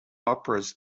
operas